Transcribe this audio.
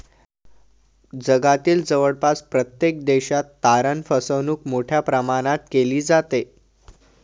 जगातील जवळपास प्रत्येक देशात तारण फसवणूक मोठ्या प्रमाणात केली जाते